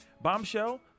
Bombshell